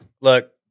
Look